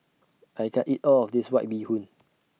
I can't eat All of This White Bee Hoon